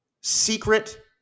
secret